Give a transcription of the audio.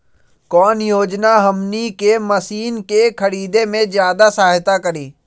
कौन योजना हमनी के मशीन के खरीद में ज्यादा सहायता करी?